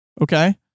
Okay